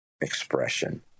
expression